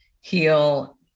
heal